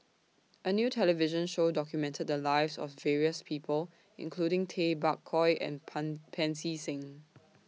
A New television Show documented The Lives of various People including Tay Bak Koi and Pan Pancy Seng